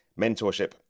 mentorship